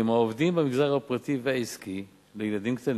העובדים במגזר הפרטי והעסקי שיש להם ילדים קטנים,